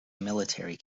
military